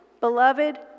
Beloved